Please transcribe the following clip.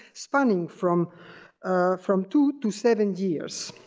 spanning from from two to seven years.